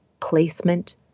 placement